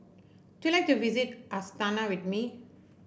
do you like to visit Astana with me